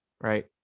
right